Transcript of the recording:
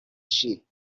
sheep